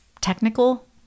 technical